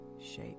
shape